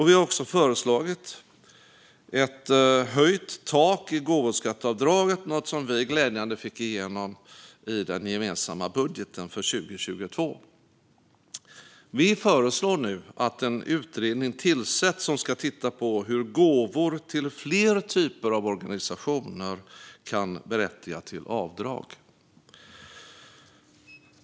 Vi har också föreslagit ett höjt tak för gåvoskatteavdraget, vilket var något vi glädjande nog fick igenom i den gemensamma budgeten för 2022. Vi föreslår nu att en utredning tillsätts som ska titta på hur gåvor till fler typer av organisationer kan berättiga till avdrag.